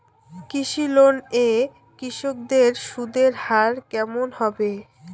কৃষি লোন এ কৃষকদের সুদের হার কেমন হবে?